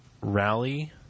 rally